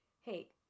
Hey